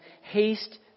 haste